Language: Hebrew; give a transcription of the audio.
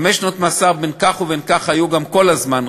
עונש חמש שנות מאסר בין כך ובין כך היה גם כל הזמן,